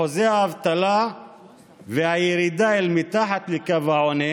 אחוזי האבטלה והירידה אל מתחת לקו העוני